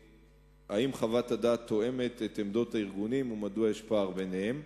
האם חוות הדעת תואמת את עמדות הארגונים ומדוע יש פער ביניהן,